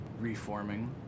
Reforming